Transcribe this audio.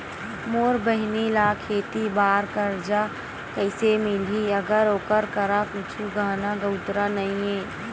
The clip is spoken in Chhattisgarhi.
मोर बहिनी ला खेती बार कर्जा कइसे मिलहि, अगर ओकर करा कुछु गहना गउतरा नइ हे?